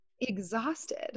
exhausted